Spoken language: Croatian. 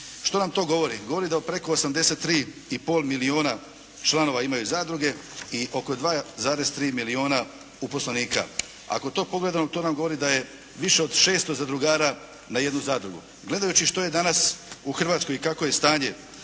Što nam to govori? Govori da u preko 83 i pol milijuna članova imaju zadruge i oko 2,3 milijuna uposlenika. Ako to pogledamo to nam govori da je više od 600 zadrugara na jednu zadrugu. Gledajući što je danas u Hrvatskoj i kakvo je stanje